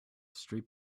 street